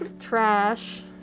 trash